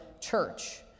church